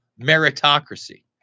meritocracy